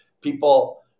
People